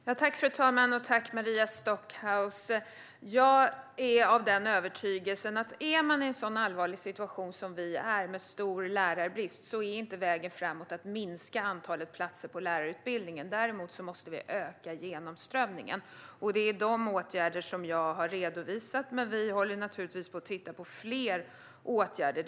Fru talman! Jag är av övertygelsen, Maria Stockhaus, att om man är i en sådan allvarlig situation som vi är med stor lärarbrist är inte vägen framåt att minska antalet platser i lärarutbildningen. Däremot måste vi öka genomströmningen. Det är de åtgärderna som jag har redovisat, men vi håller naturligtvis på att titta på fler åtgärder.